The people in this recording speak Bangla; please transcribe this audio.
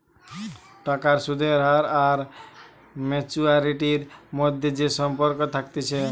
টাকার সুদের হার আর ম্যাচুয়ারিটির মধ্যে যে সম্পর্ক থাকতিছে